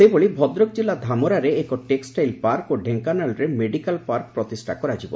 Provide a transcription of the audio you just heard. ସେହିଭଳି ଭଦ୍ରକ ଜିଲ୍ଲା ଧାମରାରେ ଏକ ଟେକ୍ଷାଇଲ ପାର୍କ ଓ ଢେଙ୍କାନାଳରେ ମେଡିକାଲ ପାର୍କ ପ୍ରତିଷା କରାଯିବ